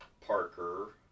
Parker